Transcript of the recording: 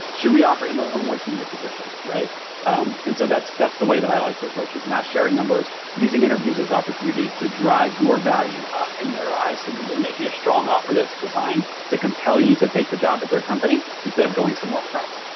should we offer him a more senior position? and so that's that's the way that i like to approach is not sharing numbers. using interviews as opportunities to drive your value up in their eyes so and that they're making a strong offer that's designed to compel you to take the job at their company instead of going somewhere else.